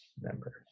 member